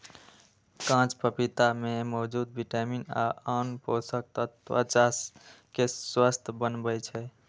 कांच पपीता मे मौजूद विटामिन आ आन पोषक तत्व त्वचा कें स्वस्थ बनबै छै